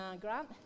Grant